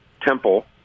Temple